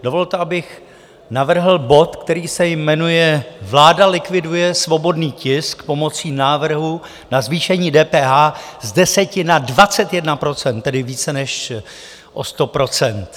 Dovolte, abych navrhl bod, který se jmenuje Vláda likviduje svobodný tisk pomocí návrhu na zvýšení DPH z 10 na 21 %, tedy více než o 100 %.